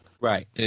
Right